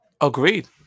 Agreed